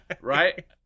right